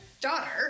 daughter